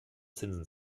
zinsen